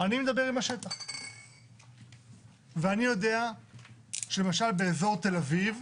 אני מדבר עם השטח ואני יודע שלמשל באזור תל אביב,